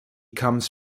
comes